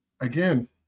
again